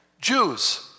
Jews